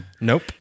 Nope